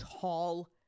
tall